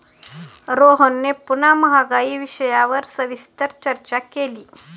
रोहनने पुन्हा महागाई विषयावर सविस्तर चर्चा केली